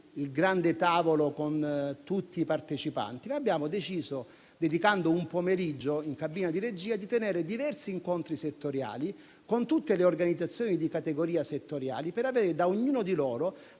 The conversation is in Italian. il grande tavolo di tutti i partecipanti; abbiamo deciso invece di dedicare un pomeriggio in cabina di regia, tenendo diversi incontri settoriali con tutte le organizzazioni di categoria, per avere da ognuna di loro